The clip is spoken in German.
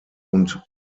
und